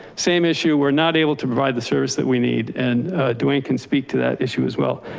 same issue. we're not able to provide the service that we need, and dwayne can speak to that issue as well.